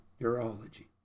Urology